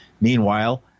Meanwhile